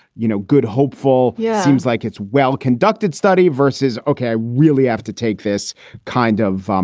you know, good hopeful. yes. seems like it's well conducted study versus ok, i really have to take this kind of. um